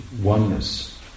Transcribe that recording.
oneness